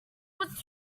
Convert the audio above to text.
was